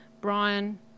Brian